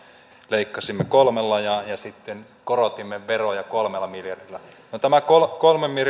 leikkasimme kolmella ja sitten korotimme veroja kolmella miljardilla no tämä kolmen